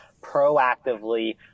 proactively